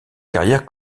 carrière